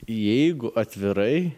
jeigu atvirai